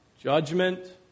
judgment